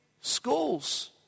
schools